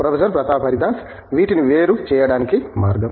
professor Pratap Haridas వీటిని వేరు చేయడానికి మార్గం